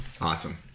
awesome